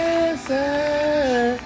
answer